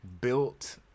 built